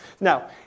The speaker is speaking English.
Now